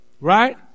right